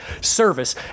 service